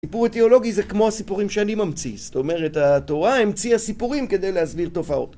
סיפור איתיאולוגי זה כמו הסיפורים שאני ממציא, זאת אומרת, התורה המציאה סיפורים כדי להסביר תופעות.